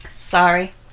Sorry